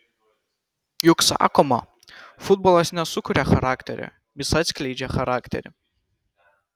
juk sakoma futbolas nesukuria charakterio jis atskleidžia charakterį